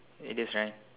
it is right